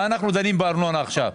מה אנחנו דנים בארנונה עכשיו?